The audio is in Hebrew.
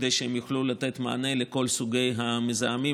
כדי שהן יוכלו לתת מענה לכל סוגי המזהמים,